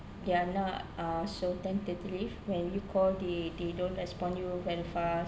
they are not uh so tentatively when you call they they don't respond you very fast